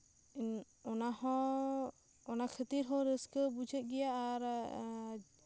ᱤᱧ ᱚᱱᱟᱦᱚᱸ ᱚᱱᱟ ᱠᱷᱟᱹᱛᱤᱨ ᱦᱚᱸ ᱨᱟᱹᱥᱠᱟᱹ ᱵᱩᱡᱷᱟᱹᱜ ᱜᱮᱭᱟ